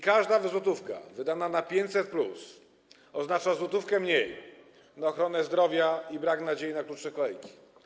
Każda złotówka wydana na 500+ oznacza złotówkę mniej na ochronę zdrowia i brak nadziei na krótsze kolejki.